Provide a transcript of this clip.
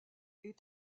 est